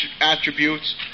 attributes